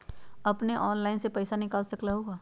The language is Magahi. अपने ऑनलाइन से पईसा निकाल सकलहु ह?